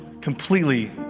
completely